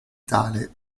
tale